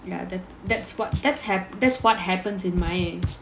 ya that that's what that's what happens in my